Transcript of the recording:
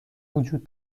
وجود